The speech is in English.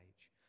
age